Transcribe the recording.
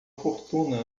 fortuna